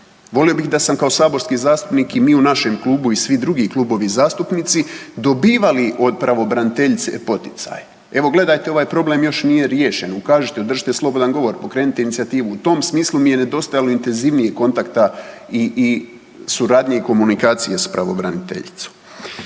Volio bih da sam kao saborski zastupnik i mi u našem klubu i svi drugi klubovi zastupnici dobivali od pravobraniteljice poticaj. Evo gledajte ovaj problem još nije riješen, ukažite, održite slobodan govor, pokrenite inicijativu. U tom smislu mi je nedostajalo intenzivnijeg kontakta i suradnje i komunikacije s pravobraniteljicom.